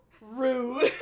Rude